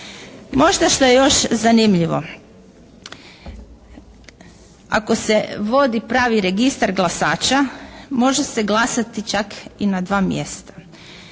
Možda što je još zanimljivo. Ako se vodi pravi registar glasača može se glasati čak i na dva mjesta.